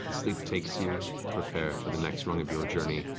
sleep takes you to prepare for the next run of your journey,